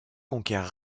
conquiert